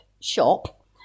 shop